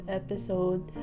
episode